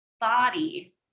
body